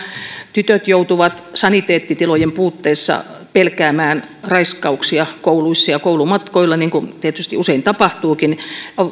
tytöt joutuvat saniteettitilojen puutteessa pelkäämään raiskauksia kouluissa ja ja koulumatkoilla niin kuin tietysti usein tapahtuukin